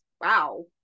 wow